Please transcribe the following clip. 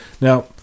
Now